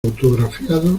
autografiado